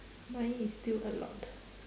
mine is still a lot